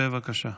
בבקשה.